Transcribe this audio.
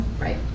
Right